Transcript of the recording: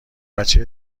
بچه